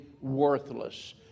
worthless